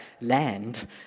land